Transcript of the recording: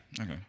Okay